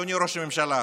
אדוני ראש הממשלה,